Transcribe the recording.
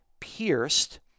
pierced